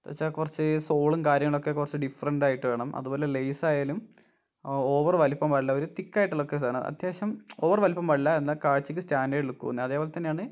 എന്ന് വെച്ചാൽ കുറച്ച് സോളും കാര്യങ്ങളൊക്കെ കുറച്ച് ഡിഫ്രന്ഡായിട്ട് വേണം അതുപോലെ ലെയ്സായാലും ഓവറ് വലിപ്പം പാടില്ല ഒരു തിക്കായിട്ടുള്ളതൊക്കെ സാധനം അത്യാവശ്യം ഓവർ വലിപ്പം പാടില്ല എന്നാൽ കാഴ്ചക്ക് സ്റ്റാൻഡേർഡ് ലുക്ക് വേണം അതേപോലെ തന്നെയാണ്